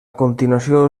continuació